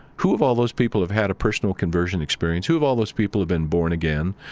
who of all those people have had a personal conversion experience? who of all those people have been born again?